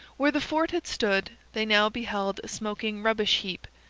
where the fort had stood they now beheld a smoking rubbish heap,